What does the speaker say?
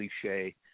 cliche